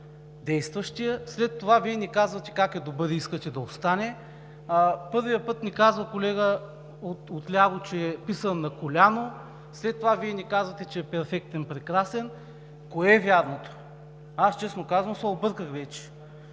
действащият, след това Вие ни казвате как е добър и искате да остане, първият път ни казва колега отляво, че е писан на коляно, след това Вие ни казвате, че е перфектен, прекрасен. Кое е вярното? Аз, честно казано, се обърках вече